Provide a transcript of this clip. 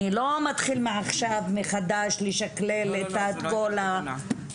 אני לא מתחיל מעכשיו מחדש לשכלל את כל --- לא,